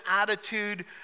attitude